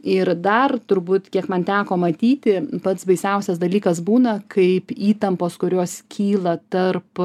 ir dar turbūt kiek man teko matyti pats baisiausias dalykas būna kaip įtampos kurios kyla tarp